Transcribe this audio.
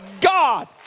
God